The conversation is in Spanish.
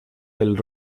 del